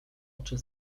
oczy